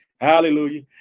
Hallelujah